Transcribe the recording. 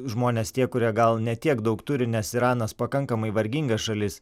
žmonės tie kurie gal ne tiek daug turi nes iranas pakankamai varginga šalis